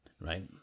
right